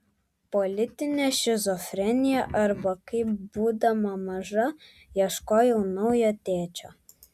politinė šizofrenija arba kaip būdama maža ieškojau naujo tėčio